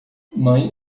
mãe